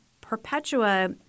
Perpetua